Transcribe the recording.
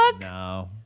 No